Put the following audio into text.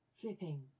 Flipping